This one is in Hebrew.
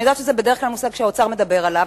אני יודעת שזה בדרך כלל מושג שהאוצר מדבר עליו,